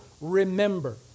remember